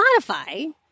Spotify